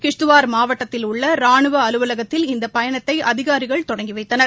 கிஷ்துவார் மாவட்டத்தில் உள்ள ரானுவ அலுவலகத்தில் இந்த பயணத்தை அதிகாரிகள் தொடங்கிவைத்தனர்